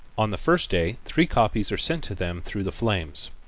on the first day three copies are sent to them through the flames,